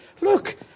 look